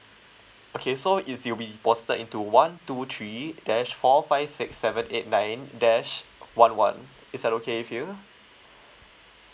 okay so it will be deposited into one two three dash four five six seven eight nine dash one one is that okay with you